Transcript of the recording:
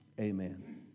Amen